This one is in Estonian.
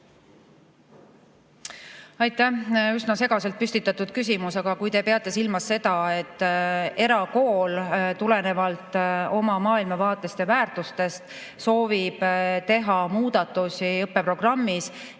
Aitäh! Üsna segaselt püstitatud küsimus, aga kui te peate silmas seda, et erakool tulenevalt oma maailmavaatest ja väärtustest soovib teha õppeprogrammis